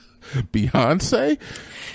Beyonce